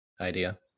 idea